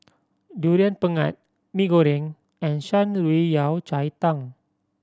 Durian Pengat Mee Goreng and Shan Rui Yao Cai Tang